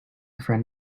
friend